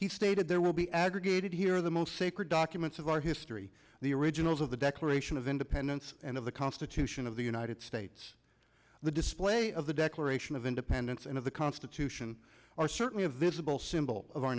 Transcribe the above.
he stated there will be aggregated here the most sacred documents of our history the originals of the declaration of independence and of the constitution of the united states the display of the declaration of independence and of the constitution are certainly a visible symbol of our